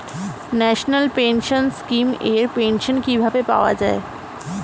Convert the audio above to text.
National pension scheme এর pension কিভাবে পাওয়া যায়?